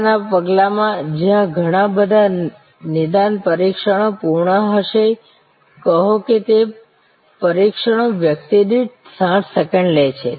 આગળના પગલામાં જ્યાં ઘણા બધા નિદાન પરીક્ષણો પૂર્ણ હશે કહો કે તે પરીક્ષણો વ્યક્તિ દીઠ 60 સેકન્ડ લે છે